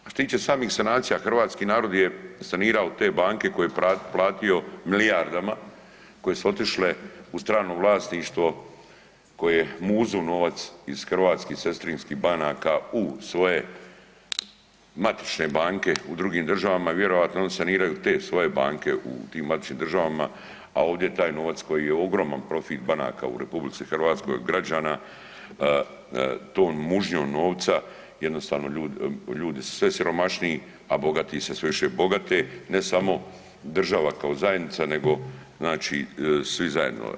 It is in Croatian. A što se tiče samih sanacija hrvatskih narod je sanirao te banke koje je platio milijardama koje su otišle u strano vlasništvo koje muzu novac iz hrvatskih sestrinskih banaka u svoje matične banke u drugim državama i vjerojatno oni saniraju te svoje banke u tim matičnim državama, a ovdje taj novac koji je ogroman profit banaka u RH građana to mužnjom novca jednostavno ljudi su sve siromašniji, a bogati se sve više bogate, ne samo država kao zajednica nego svi zajedno.